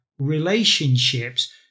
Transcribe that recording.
relationships